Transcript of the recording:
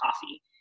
coffee